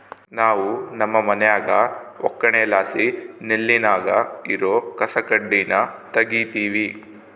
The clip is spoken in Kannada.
ನಾವು ನಮ್ಮ ಮನ್ಯಾಗ ಒಕ್ಕಣೆಲಾಸಿ ನೆಲ್ಲಿನಾಗ ಇರೋ ಕಸಕಡ್ಡಿನ ತಗೀತಿವಿ